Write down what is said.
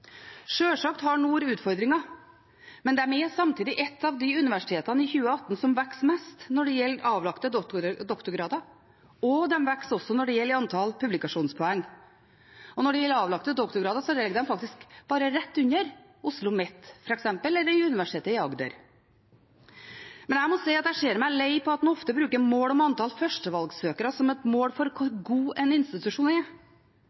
Sjølsagt har Nord utfordringer, men de er samtidig et av de universitetene som i 2018 vokser mest når det gjelder avlagte doktorgrader, og de vokser også når det gjelder antall publikasjonspoeng. Når det gjelder avlagte doktorgrader, ligger de faktisk bare rett under OsloMet, f.eks., eller Universitetet i Agder. Men jeg må si at jeg ser meg lei på at en ofte bruker mål om antall førstevalgssøkere som et mål for hvor god en institusjon er.